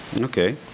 Okay